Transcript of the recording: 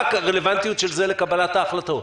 מה הרלוונטיות של זה לקבלת ההחלטות?